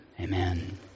Amen